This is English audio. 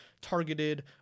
targeted